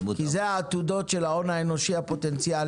כי אלו העתודות של ההון האנושי הפוטנציאלי,